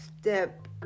step